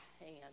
hand